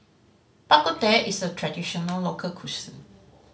Bak Kut Teh is a traditional local